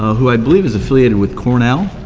who i believe is affiliated with cornell,